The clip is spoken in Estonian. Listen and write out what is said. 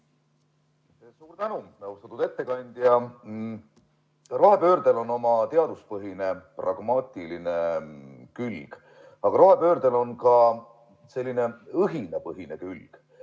Suur tänu! Austatud ettekandja! Rohepöördel on oma teaduspõhine, pragmaatiline külg. Aga rohepöördel on ka selline õhinapõhine külg.